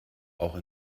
auch